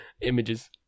images